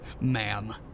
ma'am